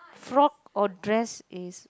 frock or dress is